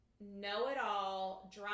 know-it-all